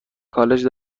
کالج